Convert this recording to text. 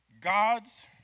God's